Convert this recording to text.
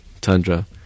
Tundra